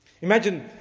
Imagine